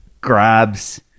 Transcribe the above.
grabs